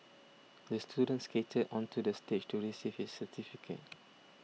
the student skated onto the stage to receive his certificate